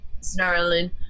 snarling